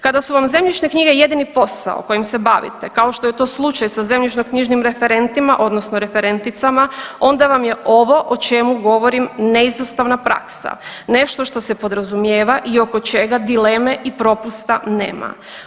Kada su vam zemljišne knjige jedini posao kojim se bavite kao što je to slučaj sa zemljišno-knjižnim referentima, odnosno referenticama onda vam je ovo o čemu govorim neizostavna praksa, nešto što se podrazumijeva i oko čega dileme i propusta nema.